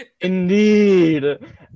Indeed